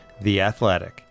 theathletic